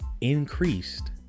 increased